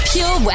Pure